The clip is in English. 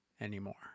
anymore